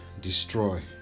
destroy